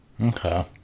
Okay